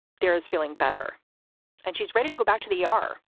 there is feeling better and she's ready to go back to the e r.